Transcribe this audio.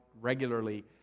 regularly